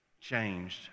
changed